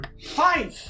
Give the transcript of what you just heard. Fine